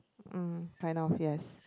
mm kind of yes